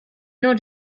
non